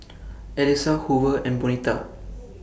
Elisa Hoover and Bonita